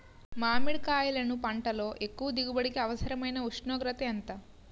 మామిడికాయలును పంటలో ఎక్కువ దిగుబడికి అవసరమైన ఉష్ణోగ్రత ఎంత?